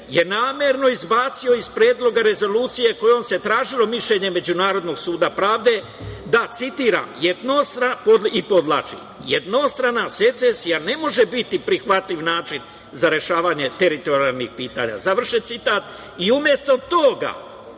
je namerno izbacio iz Predloga rezolucije, kojim se tražilo mišljenje Međunarodnog suda pravde, citiram i podvlačim - da jednostrana secesija ne može biti prihvatljiv način za rešavanje teritorijalnih pitanja. Završen citat. Umesto toga